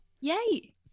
Yay